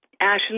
Ashley